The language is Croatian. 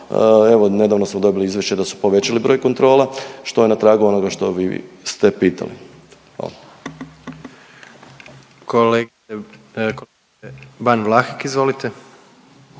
Evo nedavno smo dobili izvješće da su povećali broj kontrola što je na tragu onoga što vi ste pitali.